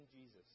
Jesus